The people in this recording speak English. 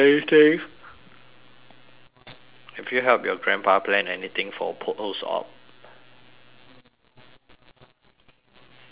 have you helped your grandpa plan anything for post op